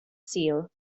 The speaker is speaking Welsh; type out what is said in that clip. sul